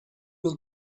will